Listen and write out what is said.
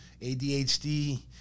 ADHD